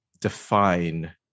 define